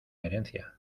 herencia